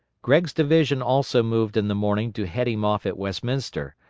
gregg's division also moved in the morning to head him off at westminster,